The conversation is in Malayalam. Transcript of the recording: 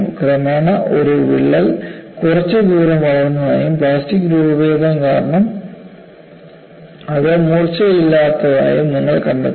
ക്രമേണ ഒരു വിള്ളൽ കുറച്ച് ദൂരം വളർന്നതായും പ്ലാസ്റ്റിക് രൂപഭേദം കാരണം അത് മൂർച്ചയില്ലാത്തതായും നിങ്ങൾ കണ്ടെത്തും